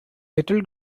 little